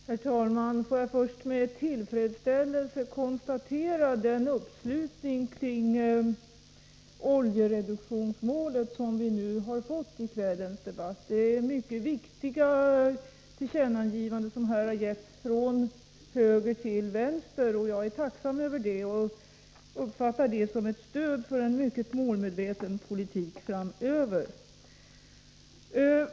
Herr talman! Får jag först med tillfredsställelse konstatera den uppslutning kring oljereduktionsmålet som vi nu fått i kvällens debatt. Det är mycket viktiga tillkännagivanden som här getts från debattörer från höger till vänster. Jag är tacksam för det och uppfattar det som ett stöd för en mycket målmedveten politik framöver.